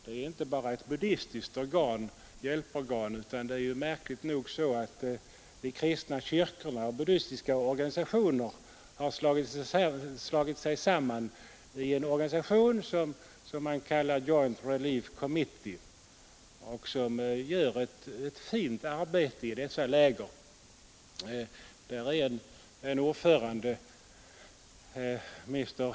Det är inte bara ett buddistiskt hjälporgan, utan det är märkligt nog så att de kristna kyrkorna och buddistiska organisationer har slutit sig samman i en organisation som man kallar Joint Relief Committee och som gör ett fint arbete i dessa läger. Organisationen har en ordförande, Mr.